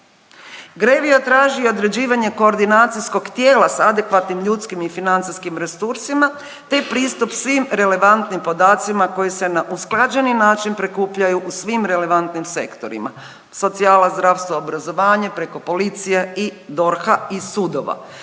GREVIO traži i određivanje koordinacijskog tijela sa adekvatnim ljudskim i financijskim resursima te pristup svim relevantnim podacima koji se na usklađeni način prikupljaju u svim relevantnim sektorima, socijala, zdravstvo, obrazovanje preko policije i DORH-a i sudova